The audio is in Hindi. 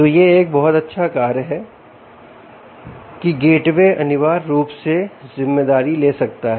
तो यह एक बहुत अच्छा कार्य है कि गेटवे अनिवार्य रूप से जिम्मेदारी ले सकता है